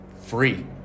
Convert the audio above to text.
free